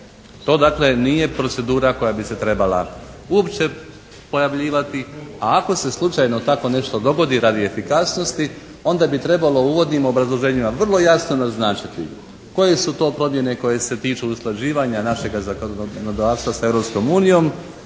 To dakle nije procedura koja bi se trebala uopće pojavljivati, a ako se slučajno tako nešto dogodi radi efikasnosti, onda bi trebalo u uvodnim obrazloženjima vrlo jasno naznačiti koje su to promjene koje se tiču utvrđivanja našega zakonodavstva sa